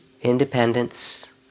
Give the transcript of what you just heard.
Independence